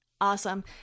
Awesome